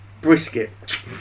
Brisket